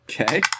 Okay